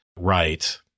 right